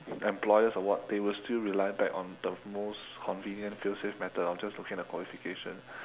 employers or what they will still rely back on the most convenient feel safe method of just looking at their qualification